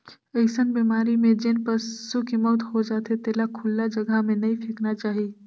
अइसन बेमारी में जेन पसू के मउत हो जाथे तेला खुल्ला जघा में नइ फेकना चाही